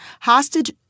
hostage